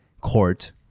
court